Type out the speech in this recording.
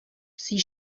sie